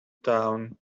town